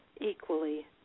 equally